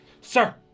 Sir